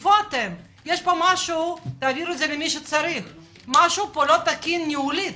יש פה משהו לא תקין ניהולית,